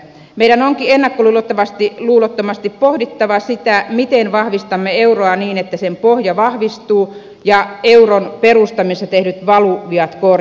meidän onkin ennakkoluulottomasti pohdittava sitä miten vahvistamme euroa niin että sen pohja vahvistuu ja euron perustamisessa tehdyt valuviat korjataan